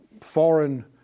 foreign